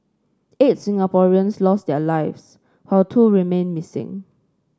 eight Singaporeans lost their lives while two remain missing